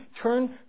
turn